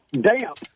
Damp